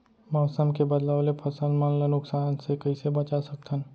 मौसम के बदलाव ले फसल मन ला नुकसान से कइसे बचा सकथन?